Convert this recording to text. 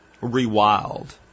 rewild